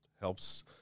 helps